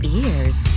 ears